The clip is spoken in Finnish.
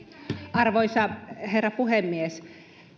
arvoisa herra puhemies